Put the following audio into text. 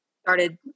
started